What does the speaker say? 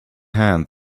hand